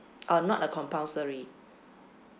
ah not a compulsory